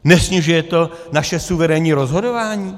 Nesnižuje to naše suverénní rozhodování?